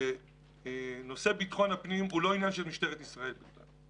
כי אז זה מראה שאחוז הפגיעה הוא משמעותי הרבה יותר ממה שחשבנו.